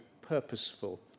purposeful